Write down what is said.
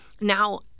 now